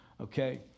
okay